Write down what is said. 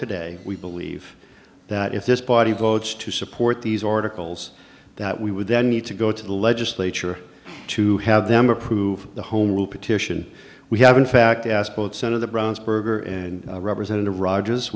today we believe that if this body votes to support these articles that we would then need to go to the legislature to have them approve the home rule petition we have in fact asked both set of the browns berger and representative rogers